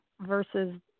versus